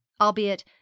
albeit